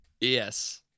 Yes